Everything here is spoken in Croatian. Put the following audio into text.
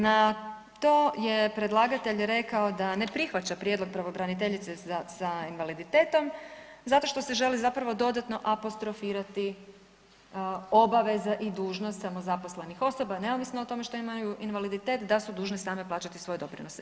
Na to je predlagatelj rekao da ne prihvaća prijedlog pravobraniteljice za osobe s invaliditetom zato što se želi zapravo dodatno apostrofirati obaveza i dužnost samozaposlenih osoba, neovisno o tome što imaju invaliditet da su dužne same plaćati svoje doprinose.